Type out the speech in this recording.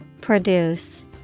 Produce